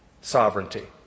sovereignty